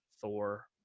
Thor